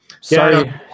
sorry